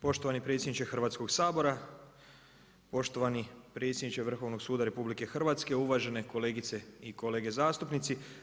Poštovani predsjedniče Hrvatskog sabora, poštovani predsjedniče Vrhovnog suda RH, uvažene kolegice i kolege zastupnici.